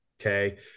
okay